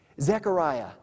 Zechariah